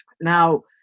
Now